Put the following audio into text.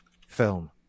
film